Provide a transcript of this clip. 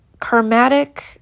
karmatic